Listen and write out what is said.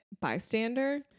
bystander